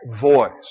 voice